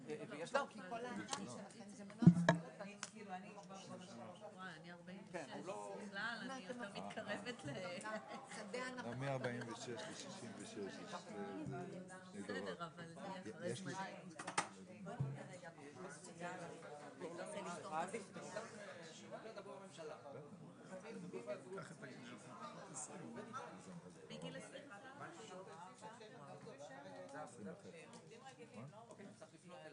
11:00.